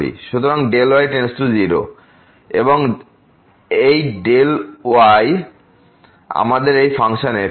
সুতরাং y → 0 এই y এবং আমাদের এই ফাংশন fx